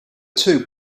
two